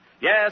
Yes